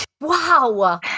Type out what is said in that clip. wow